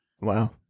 Wow